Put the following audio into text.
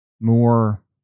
more